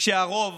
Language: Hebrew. כשהרוב